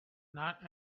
not